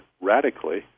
radically